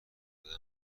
دادن